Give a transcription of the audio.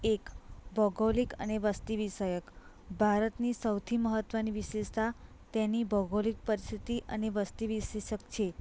એક ભૌગોલિક અને વસ્તીવિષયક ભારતની સૌથી મહત્ત્વની વિશેષતા તેની ભૌગોલિક પરિસ્થિતિ અને વસ્તીવિશેષક છે